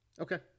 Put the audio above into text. Okay